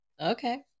Okay